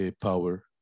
power